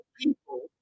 people